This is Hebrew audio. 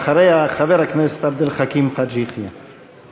אחריה, חבר הכנסת עבד אל חכים חאג' יחיא.